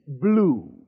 blue